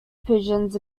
pigeons